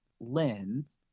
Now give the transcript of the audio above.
lens